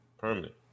Permanent